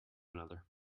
another